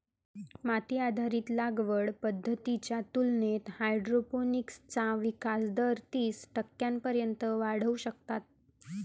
माती आधारित लागवड पद्धतींच्या तुलनेत हायड्रोपोनिक्सचा विकास दर तीस टक्क्यांपर्यंत वाढवू शकतात